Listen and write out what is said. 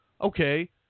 Okay